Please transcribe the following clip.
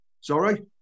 Sorry